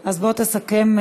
לא, אני צריך לסכם.